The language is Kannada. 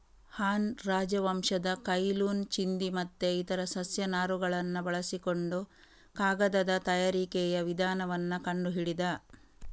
ಹಾನ್ ರಾಜವಂಶದ ಕೈ ಲುನ್ ಚಿಂದಿ ಮತ್ತೆ ಇತರ ಸಸ್ಯ ನಾರುಗಳನ್ನ ಬಳಸಿಕೊಂಡು ಕಾಗದದ ತಯಾರಿಕೆಯ ವಿಧಾನವನ್ನ ಕಂಡು ಹಿಡಿದ